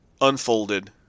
unfolded